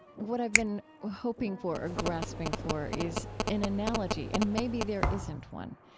what i've been hoping for or grasping for is an analogy, and maybe there isn't one.